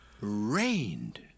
rained